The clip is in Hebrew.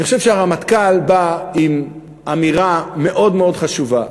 אני חושב שהרמטכ"ל בא עם אמירה מאוד מאוד חשובה,